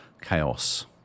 chaos